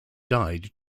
died